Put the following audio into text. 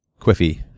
quiffy